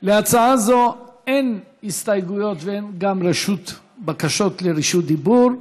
להצעה זו אין הסתייגויות ואין גם בקשות לרשות דיבור.